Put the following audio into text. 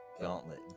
Gauntlet